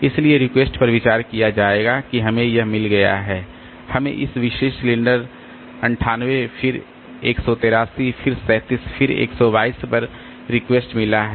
इसलिए रिक्वेस्ट पर विचार किया जाएगा कि हमें यह मिल गया है हमें इस विशेष सिलेंडर 98 फिर 183 फिर 37 फिर 122 पर रिक्वेस्ट मिला है